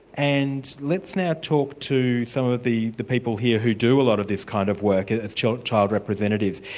and let's now talk to some of the the people here who do a lot of this kind of work and as child child representatives.